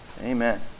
Amen